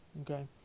Okay